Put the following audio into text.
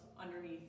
underneath